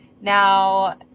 Now